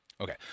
Okay